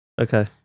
okay